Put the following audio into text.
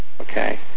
Okay